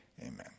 Amen